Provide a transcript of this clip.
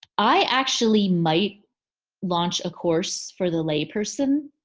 i actually might launch a course for the lay person